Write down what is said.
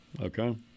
okay